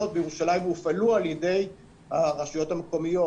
בירושלים והופעלו על ידי הרשויות המקומיות.